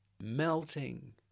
Melting